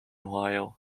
ohio